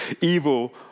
evil